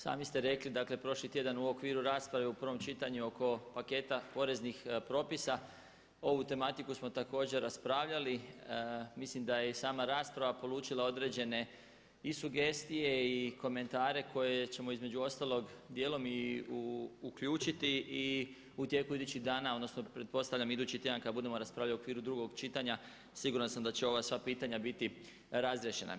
Sami ste rekli dakle prošli tjedan u okviru rasprave u prvom čitanju oko paketa poreznih propisa ovu tematiku smo također raspravljali, mislim da je i sama rasprava polučila određene i sugestije i komentare koje ćemo između ostalog dijelom i uključiti i u tijeku idućih dana odnosno pretpostavljam idući tjedan kada budemo raspravljali u okviru drugog čitanja siguran sam da će ova sva pitanja biti razriješena.